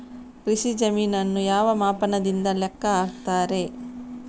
ಕೃಷಿ ಜಮೀನನ್ನು ಯಾವ ಮಾಪನದಿಂದ ಲೆಕ್ಕ ಹಾಕ್ತರೆ?